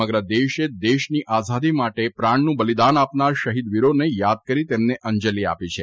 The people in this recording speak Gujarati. સમગ્ર દેશે દેશની આઝાદી માટે પ્રાણનું બલિદાન આપનાર શહિદ વીરોને યાદ કરીને તેમને અંજલી આપી છે